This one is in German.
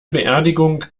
beerdigung